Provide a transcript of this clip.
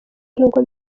nk’uko